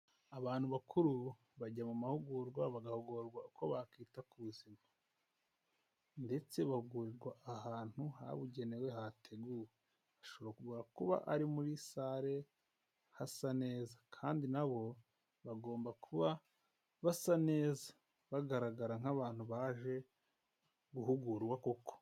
Abantu bakuru bajya mu mahugurwa bagahugurwa uko bakwita ku buzima ndetse bahugurirwa ahantu habugenewe hateguwe, hashobora kuba ari muri sale hasa neza kandi nabo bagomba kuba basa neza, bagaragara nk'abantu baje guhugurwa koko.